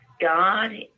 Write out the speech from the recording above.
God